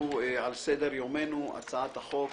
על סדר-יומנו הצעת החוק